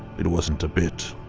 it wasn't a bit.